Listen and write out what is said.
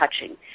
touching